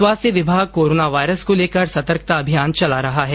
स्वास्थ्य विभाग corona virus को लेकर सतर्कता अभियान चला रहा है